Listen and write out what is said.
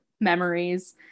memories